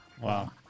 Wow